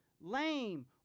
lame